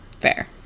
fair